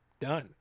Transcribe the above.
done